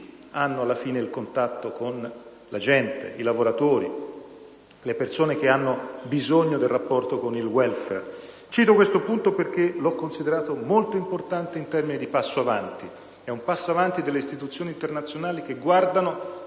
hanno, alla fine, il contatto con la gente, i lavoratori, le persone che hanno bisogno del rapporto con il *welfare*. Cito questo punto perché l'ho considerato un passo avanti molto importante delle istituzioni internazionali, che guardano